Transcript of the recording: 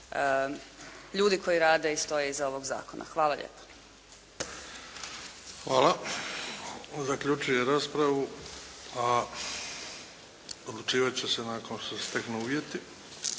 ljudi koji rade i stoje iza ovoga zakona. Hvala lijepa. **Bebić, Luka (HDZ)** Hvala. Zaključujem raspravu. A odlučivati će se nakon što se steknu uvjeti.